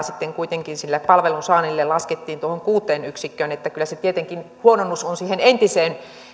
sitten kuitenkin sille palvelun saannille laskettiin tuohon kuuteen yksikköön että kyllä se tietenkin huononnus on siihen entiseen